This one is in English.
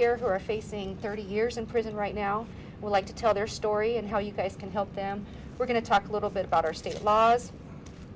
here who are facing thirty years in prison right now would like to tell their story and how you guys can help them we're going to talk a little bit about our state laws